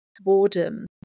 boredom